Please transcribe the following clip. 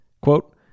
Quote